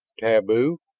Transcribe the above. taboo?